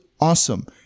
awesome